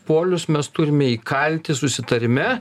polius mes turime įkalti susitarime